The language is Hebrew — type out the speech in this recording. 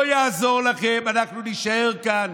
לא יעזור לכם, אנחנו נישאר כאן.